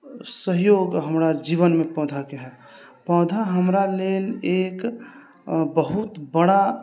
सहयोग हमरा जीवनमे पौधाके हइ पौधा हमरा लेल एक बहुत बड़ा